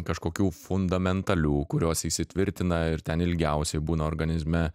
kažkokių fundamentalių kurios įsitvirtina ir ten ilgiausiai būna organizme